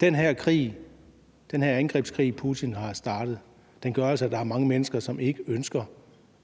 Den her angrebskrig, Putin har startet, gør altså, at der er mange mennesker, som ikke ønsker